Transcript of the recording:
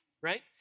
right